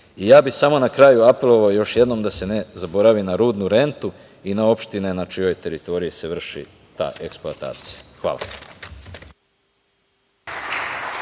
budućnosti. Samo na kraju, apelovao bih još jednom da se ne zaboravi na rudnu rentu i na opštine na čijoj teritoriji se vrši ta eksploatacija. Hvala.